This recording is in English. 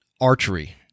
archery